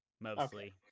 mostly